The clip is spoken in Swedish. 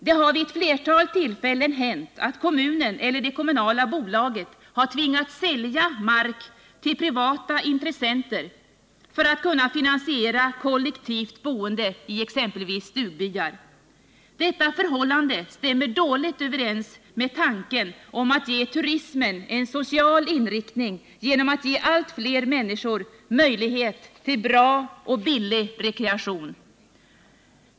Det har vid ett flertal tillfällen hänt att kommunen eller det kommunala bolaget har tvingats sälja mark till privata intressenter för att kunna finansiera kollektivt boende i exempelvis stugbyar. Detta förhållande stämmer dåligt överens med tanken att ge turismen en social inriktning genom att ge allt fler människor möjlighet till bra och billig rekreation.